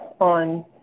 on